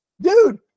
Dude